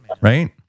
right